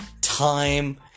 time